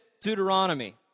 Deuteronomy